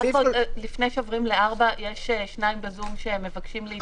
לפני שעוברים ל-4 יש שניים בזום שמבקשים להתייחס.